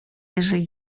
jeżeli